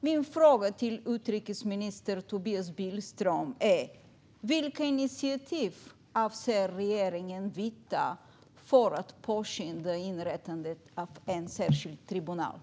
Min fråga till utrikesminister Tobias Billström är: Vilka initiativ avser regeringen att ta för att påskynda inrättandet av en särskild tribunal?